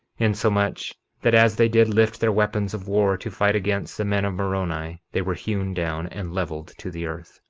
insomuch that as they did lift their weapons of war to fight against the men of moroni they were hewn down and leveled to the earth.